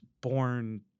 born